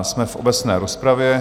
Jsme v obecné rozpravě.